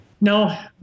No